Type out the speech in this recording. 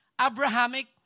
Abrahamic